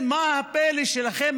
מה הפליאה שלכם,